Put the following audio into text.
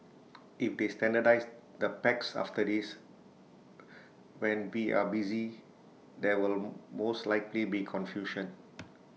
if they standardise the packs after this when we are busy there will most likely be confusion